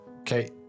Okay